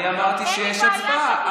אני אמרתי שיש הצבעה.